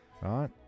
Right